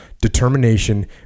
determination